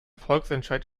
volksentscheid